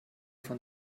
von